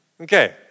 Okay